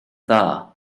dda